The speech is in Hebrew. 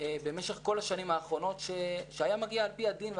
במשך כל השנים האחרונות, שהיה מגיע על פי הדין.